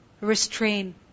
restrain